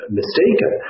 mistaken